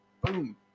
Boom